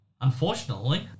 Unfortunately